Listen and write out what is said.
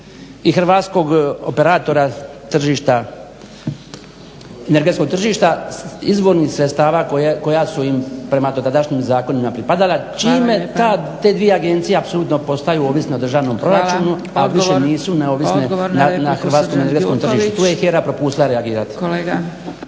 hrvatskog operatora tržišta, energetskog tržišta izvornih sredstava koja su im prema tadašnjem zakonu na pripadala čime te dvije agencije apsolutno postaju ovisne o državnom proračunu a više nisu neovisne na hrvatskom energetskom tržištu. Tu je HERA propustila djelovati.